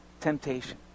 temptation